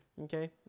Okay